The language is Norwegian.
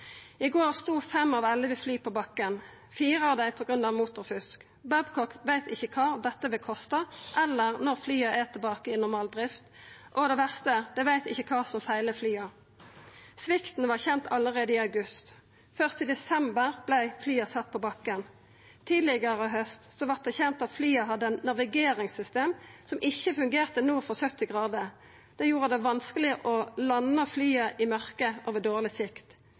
I går stod fem av elleve fly på bakken, fire av dei på grunn av motorfusk. Babcock veit ikkje kva dette vil kosta, eller når flya er tilbake i normal drift. Og det verste: Dei veit ikkje kva som feilar flya. Svikten var kjent allereie i august. Først i desember vart flya sette på bakken. Tidlegare i haust vart det kjent at flya hadde eit navigeringssystem som ikkje fungerte nord for 70 grader. Det gjorde det vanskeleg å landa flya i mørke og ved dårleg sikt.